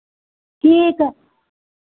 ठीक है